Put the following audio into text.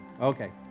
Okay